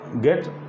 get